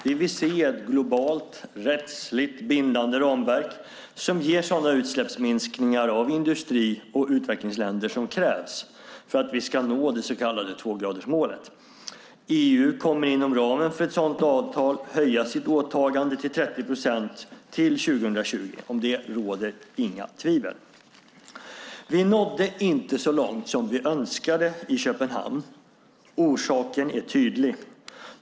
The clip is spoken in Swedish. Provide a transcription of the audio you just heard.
Vi vill se ett globalt, rättsligt bindande ramverk som ger sådana utsläppsminskningar av industri och utvecklingsländer som krävs för att vi ska nå det så kallade tvågradersmålet. EU kommer inom ramen för ett sådant avtal höja sitt åtagande till 30 procent till 2020 - om detta råder inga tvivel. Vi nådde inte så långt som vi önskade i Köpenhamn. Orsaken är tydlig.